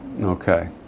Okay